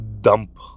dump